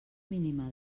mínima